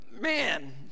man